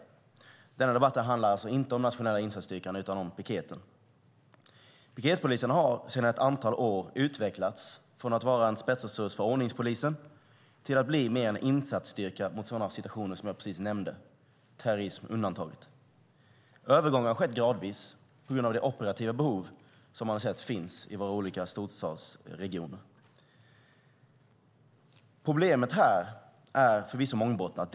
Denna debatt handlar inte om Nationella insatsstyrkan utan om piketen. Piketpolisen har sedan ett antal år tillbaka utvecklats från att vara en spetsresurs för ordningspolisen till att bli mer en insatsstyrka för sådana situationer som jag precis nämnde - terrorism undantaget. Övergången har skett gradvis på grund av det operativa behov som man har sett finnas i våra olika storstadsregioner. Problemet är förvisso mångbottnat.